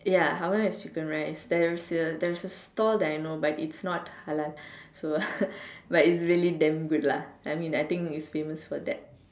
ya how my one is chicken rice there is there is a stall that I know but it's not halal so but it's really damn good lah I think it's famous for that